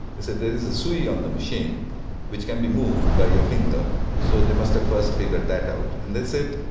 they said, there is a sui on the machine which can be moved by your finger so they must have first figured that out. and they said,